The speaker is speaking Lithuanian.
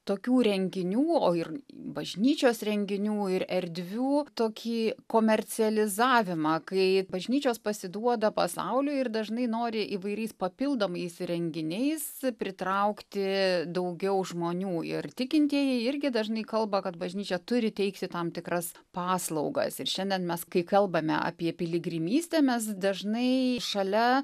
tokių renginių o ir bažnyčios renginių ir erdvių tokį komercializavimą kai bažnyčios pasiduoda pasauliui ir dažnai nori įvairiais papildomais renginiais pritraukti daugiau žmonių ir tikintieji irgi dažnai kalba kad bažnyčia turi teikti tam tikras paslaugas ir šiandien mes kai kalbame apie piligrimystę mes dažnai šalia